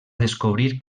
descobrir